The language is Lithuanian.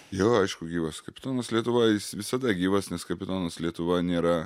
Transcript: jo aišku gyvas kapitonas lietuva jis visada gyvas nes kapitonas lietuva nėra